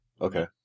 Okay